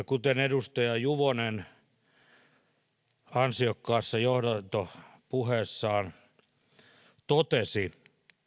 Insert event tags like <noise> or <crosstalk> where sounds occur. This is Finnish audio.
<unintelligible> kuten edustaja juvonen ansiokkaassa johdantopuheessaan totesi